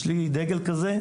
יש לי דגל כזה,